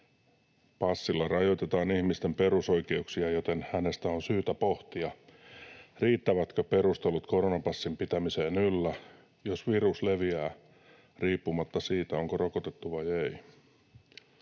Passilla rajoitetaan ihmisten perusoikeuksia, joten hänestä on syytä pohtia, riittävätkö perustelut koronapassin pitämiseen yllä, jos virus leviää riippumatta siitä, onko rokotettu vai ei.”